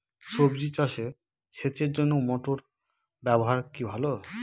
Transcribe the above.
সবজি চাষে সেচের জন্য মোটর ব্যবহার কি ভালো?